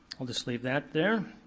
i'll just leave that there.